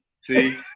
See